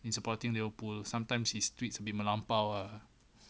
in supporting liverpool sometimes his tweets will be melampau ah